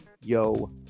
yo